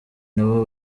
nabo